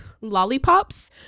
lollipops